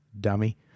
dummy